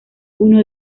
uno